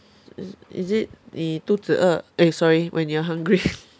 i~ is it 你肚子饿 eh sorry when you're hungry